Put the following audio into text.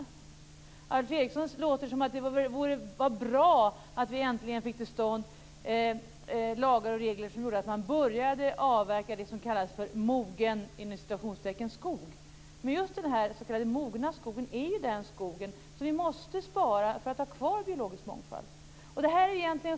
På Alf Eriksson låter det som om det är bra att vi äntligen får till stånd lagar och regler som gör att man börjar avverka det som kallas "mogen" skog. Men just denna s.k. mogna skog är ju den skog som vi måste spara för att ha kvar en biologisk mångfald.